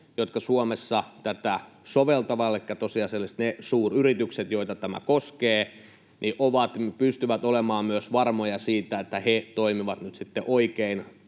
jotka Suomessa tätä soveltavat, elikkä tosiasiallisesti ne suuryritykset, joita tämä koskee, pystyvät myös olemaan varmoja siitä, että he toimivat nyt sitten